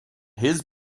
his